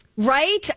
Right